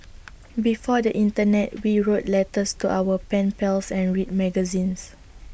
before the Internet we wrote letters to our pen pals and read magazines